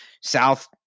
South